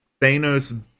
Thanos